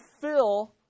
fill